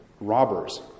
robbers